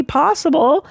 possible